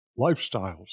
Lifestyles